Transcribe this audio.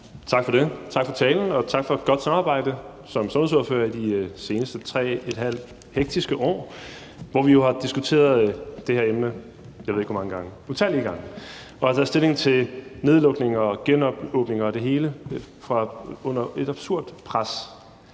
Tak for det. Tak for talen, og tak for et godt samarbejde som sundhedsordførere de seneste 3½ hektiske år, hvor vi jo har diskuteret det her emne, jeg ved ikke hvor mange gange, utallige gange, og har taget stilling til nedlukninger, genåbninger og det hele under et absurd pres